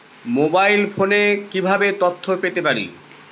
Mobile ফোনে কিভাবে তথ্য পেতে পারি?